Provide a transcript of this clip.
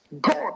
God